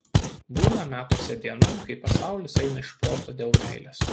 būna metuose diena kai pasaulis eina iš proto dėl meilės